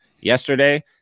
yesterday